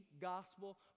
gospel